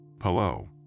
Hello